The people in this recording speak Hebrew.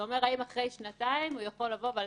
זה אומר האם אחרי שנתיים הוא יכול לבוא ועל